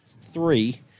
three